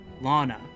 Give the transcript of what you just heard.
Lana